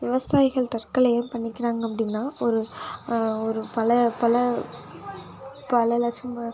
விவசாயிகள் தற்கொலை ஏன் பண்ணிக்கிறாங்க அப்படின்னா ஒரு ஒரு பல பல பல லட்சம் ரூபாய்